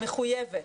המחויבת.